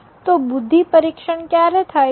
તો બુદ્ધિ પરીક્ષણ ક્યારે થાય છે